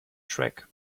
track